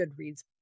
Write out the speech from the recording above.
Goodreads